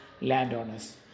landowners